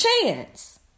chance